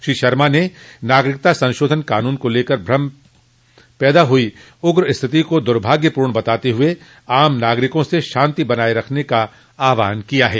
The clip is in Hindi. श्री शर्मा ने नागरिकता संशोधन कानून को लेकर पैदा हुई उग्र स्थिति को दुर्भाग्यपूर्ण बताते हुए आम नागरिकों से शांति बनाये रखने का आहवान किया है